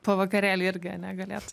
po vakarėlį irgi ane galėtų